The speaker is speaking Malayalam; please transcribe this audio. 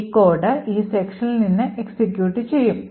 ഈ code ഈ sectionൽ നിന്ന് എക്സിക്യൂട്ട് ചെയ്യും